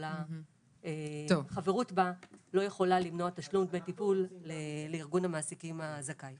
יכולה למנוע תשלום דמי טיפול לארגון המעסיקים הזכאי.